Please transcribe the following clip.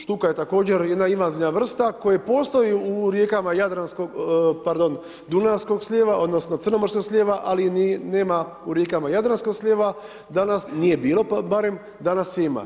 Štuka je također jedna invazivna vrsta, koja postoji u rijekama Jadranskog, pardon dunavskog slijeva, odnosno, crnomorskog slijeva, ali nema u … jadranskog slijeva, danas nije bilo, pa barem danas ima.